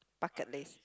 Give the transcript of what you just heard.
bucket list